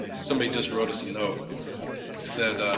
somebody just wrote us a note said